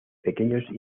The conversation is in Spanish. pequeños